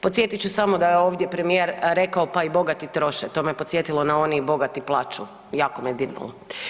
Posjetit ću samo da je ovdje premijer rekao pa i bogati troše, to me podsjetilo na ono „i bogati plaču“, jako me dirnulo.